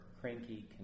cranky